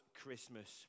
Christmas